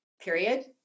period